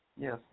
Yes